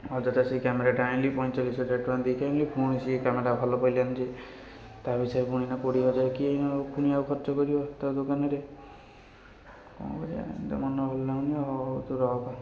ଅଯଥା ସେ କ୍ୟାମେରାଟା ଆଣିଲି ପଇଁଚାଳିଶ ହଜାର ଟଙ୍କା ଦେଇକି ଆଣିଲି ପୁଣି ସେଇ କ୍ୟାମେରା ଭଲ ପଡ଼ିଲାନି ଯେ ତା' ପିଛା ପୁଣି ଏଇନା କୋଡ଼ିଏ ହଜାର କିଏ ଏଇନା ପୁଣି ଆଉ ଖର୍ଚ୍ଚ କରିବ ତା' ଦୋକାନରେ କ'ଣ କରିବା ଏମିତି ତ ମନ ଭଲ ଲାଗୁନି ଆଉ ତୁ ରଖ